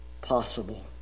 possible